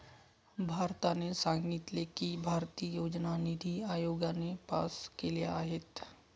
भारताने सांगितले की, भारतीय योजना निती आयोगाने पास केल्या आहेत